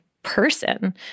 person